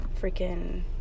freaking